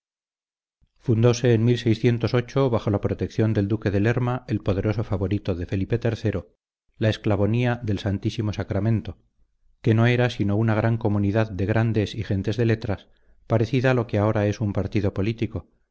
estos tiempos fundóse en bajo la protección del duque de lerma el poderoso favorito de felipe iii la esclavonia del santísimo sacramento que no era sino una gran comunidad de grandes y gentes de letras parecida a lo que ahora es un partido político